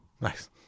Nice